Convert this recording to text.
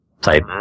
type